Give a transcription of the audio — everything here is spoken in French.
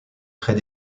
très